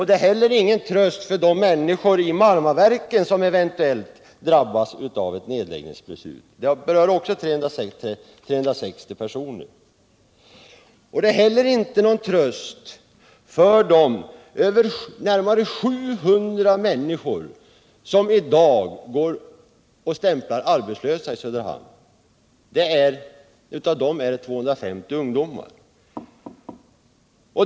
Det är ingen tröst för de människor i Marmaverken som eventuellt drabbas av ett nedläggningsbeslut. Där berörs 360 personer. Det är heller ingen tröst för de närmare 700 människor som går och stämplar arbetslösa i Söderhamn — av dem är 250 ungdomar.